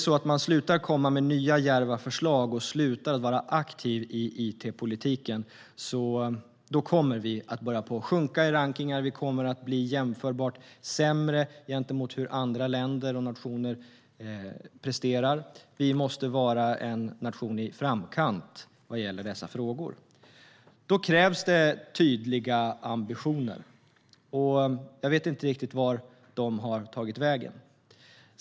Slutar vi att komma med nya djärva förslag och vara aktiva i itpolitiken kommer vi att börja sjunka i rankningar och bli sämre jämfört med andra länder och nationer. Vi måste vara en nation i framkant i dessa frågor. Då krävs det tydliga ambitioner. Jag vet dock inte vart de har tagit vägen.